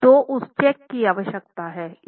तो उस चेक की आवश्यकता है